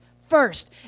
first